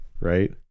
right